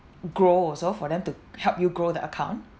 grow also for them to help you grow the account